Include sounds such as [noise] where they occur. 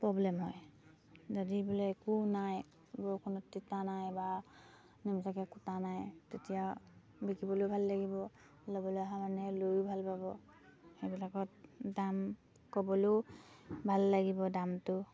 problem হয় যদি বোলে একো নাই বৰষুণত তিতা নাই বা [unintelligible] কুটা নাই তেতিয়া বিকিবলেও ভাল লাগিব ল'বলৈ অহা মানুহে লৈয়ো ভাল পাব সেইবিলাকত দাম ক'বলৈও ভাল লাগিব দামটো